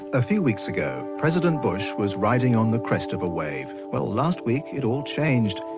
a few weeks ago, president bush was riding on the crest of a wave. well last week, it all changed.